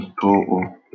Total